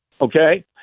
okay